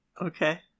Okay